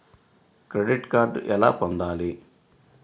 Credit card ఎలా పొందాలి?